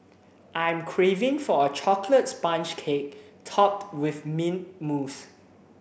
I am craving for a chocolate sponge cake topped with mint mousse